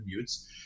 commutes